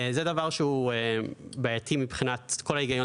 זהו דבר שהוא בעייתי מבחינת כל ההיגיון